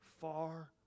far